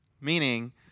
meaning